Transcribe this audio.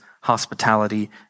hospitality